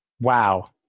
Wow